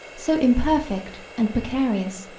so imperfect and precarious,